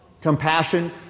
Compassion